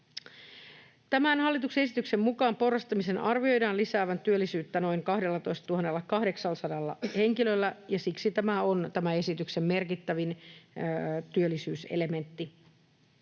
Tämän hallituksen esityksen mukaan porrastamisen arvioidaan lisäävän työllisyyttä noin 12 800 henkilöllä, ja siksi tämä on tämän esityksen merkittävin työllisyyselementti.